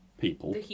people